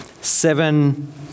seven